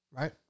right